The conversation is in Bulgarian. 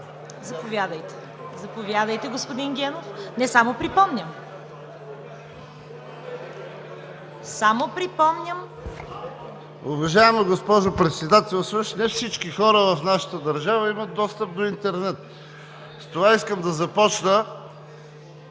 Заповядайте, господин Генов. МАНОЛ ГЕНОВ (БСП за България): Уважаема госпожо Председател, не всички хора в нашата държава имат достъп до интернет. С това искам да започна…